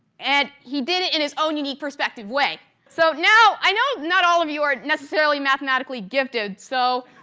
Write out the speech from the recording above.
and he did it in his own unique perspective way. so, now i know not all of you are necessarily mathematically gifted, so